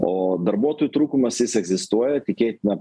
o darbuotojų trūkumas jis egzistuoja tikėtina